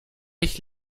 ich